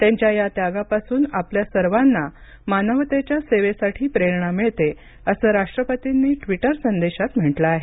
त्यांच्या या त्यागापासून आपल्या सर्वांना मानवतेच्या सेवेसाठी प्रेरणा मिळते असं राष्ट्रपतींनी ट्वीटर संदेशात म्हटलं आहे